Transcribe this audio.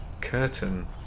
curtain